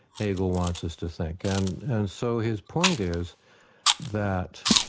hegel wants us to think. and and so his point is that